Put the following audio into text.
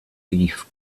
thief